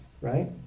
right